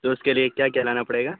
تو اس کے لیے کیا کیا لانا پڑے گا